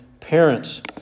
parents